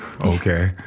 okay